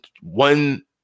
one